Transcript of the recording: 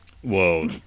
Whoa